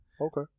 Okay